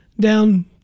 down